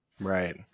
right